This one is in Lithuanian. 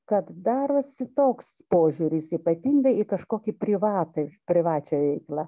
kad darosi toks požiūris ypatingai į kažkokį privatų ir privačią veiklą